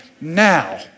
now